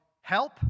Help